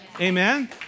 Amen